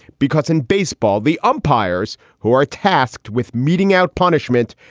because in baseball, the umpires who are tasked with meting out punishment,